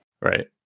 right